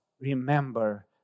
remember